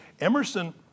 Emerson